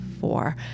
four